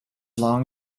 long